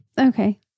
Okay